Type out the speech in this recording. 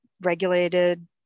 regulated